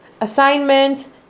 assignments